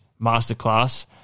masterclass